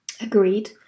Agreed